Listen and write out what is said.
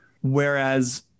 Whereas